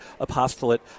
apostolate